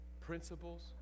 principles